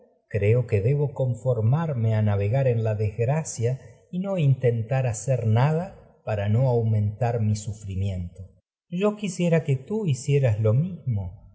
creo a navegar que debo conformarme hacer nada en la desgracia y no intentar para no aumentar mi sufrimiento yo quisiera que tú hicieras lo mismo